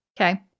Okay